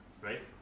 right